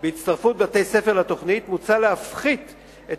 בהצטרפות בתי-הספר לתוכנית מוצע להפחית את